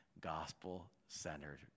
gospel-centered